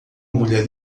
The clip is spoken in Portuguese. mulher